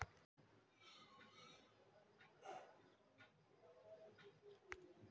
सूखा पड़े पर की करे के चाहि